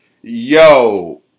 yo